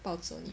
报纸 only